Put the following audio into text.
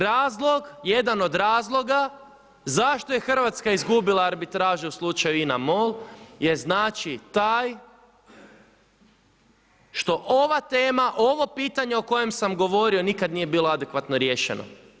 Razlog, jedan od razloga zašto je Hrvatska izgubila Arbitražu u slučaju INA MOL je znači taj što ova tema, ovo pitanje o kojem sam govorio nikad nije bilo adekvatno riješeno.